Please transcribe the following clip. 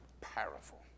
powerful